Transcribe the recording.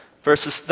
Verses